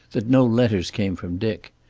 that no letters came from dick.